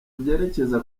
byerekeza